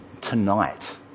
tonight